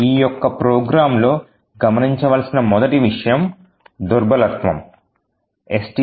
ఈ యొక్క ప్రోగ్రాంలో గమనించవలసిన మొదటి విషయం వలనరబిలిటీ